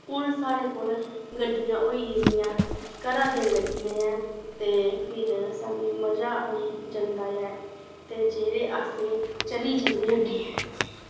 हून सारें कोल गड्डियां होई गेदियां घरा दियां गड्डियां ऐं ते फिर सानूं मजा आई जंदा ऐ ते जेह्ड़े असें चली जन्ने होन्ने ऐं